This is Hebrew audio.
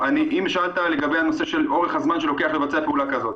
אם שאלת לגבי הנושא של אורך הזמן שלוקח לבצע פעולה כזאת.